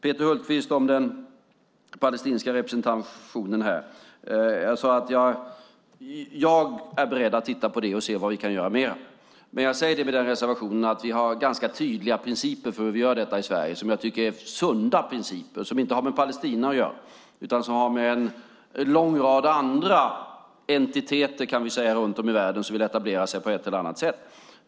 Peter Hultqvist frågar om den palestinska representationen. Jag är beredd att titta på det och se vad vi kan göra mer. Men jag säger det med reservationen att vi har ganska tydliga principer för hur vi gör detta i Sverige som jag tycker är sunda principer. De har inte med Palestina att göra, utan de har att göra med en lång rad andra entiteter runt om i världen som vill etablera sig på ett eller annat sätt.